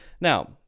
Now